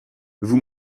vous